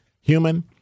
human